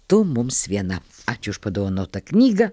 tu mums viena ačiū už padovanotą knygą